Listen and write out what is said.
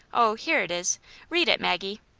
oh, here it is read it, maggie.